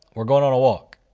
we are going on a walk.